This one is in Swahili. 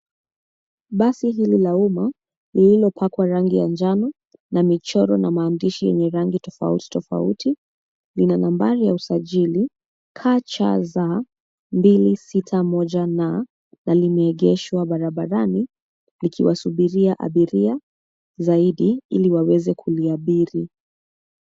Basi hili la uma lililopakwa rangi ya njano, na michoro na maandishi yenye rangi tofauti tofauti lina nambari ya usajiri KCZ 261 N na limeegeshwa barabarani likiwasuburia abiria zaidi ili waweze kuliabiri.